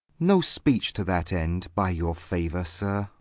no speech to that end, by your favour, sir.